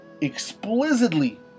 explicitly